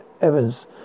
Evans